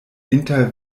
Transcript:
inter